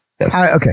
Okay